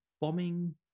Bombing